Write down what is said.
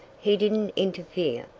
he didn't interfere,